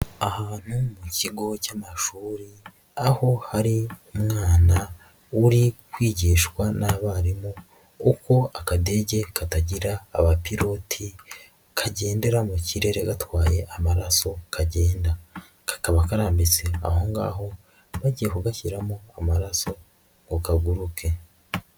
Ahantu mu kigo cy'amashuri aho hari umwana uri kwigishwa n'abarimu kuko akadege katagira abapiloti kagendera mu kirere gatwaye amaraso kagenda, kakaba karambitse aho ngaho bagiye kugashyiramo amaraso kaguruke.